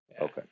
okay